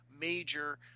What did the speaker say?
major